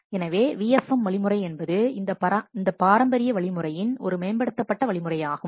எனவே VFM வழிமுறை என்பது இந்தப் பாரம்பரிய வழிமுறையின் ஒரு மேம்படுத்தப்பட்ட வழிமுறையாகும்